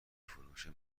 فروش